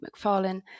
McFarlane